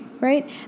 right